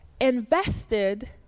invested